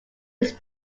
was